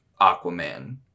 Aquaman